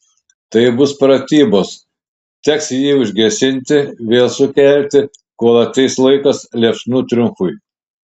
tai bus pratybos teks jį užgesinti vėl sukelti kol ateis laikas liepsnų triumfui